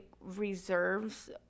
reserves